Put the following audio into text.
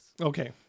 Okay